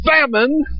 famine